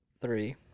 Three